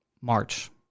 March